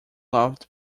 loved